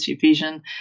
vision